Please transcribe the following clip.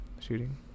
shooting